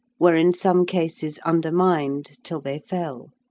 were in some cases undermined till they fell.